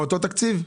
מאותו תקציב?